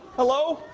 hello?